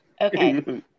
okay